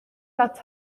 las